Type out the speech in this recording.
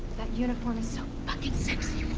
that uniform is so fucking sexy.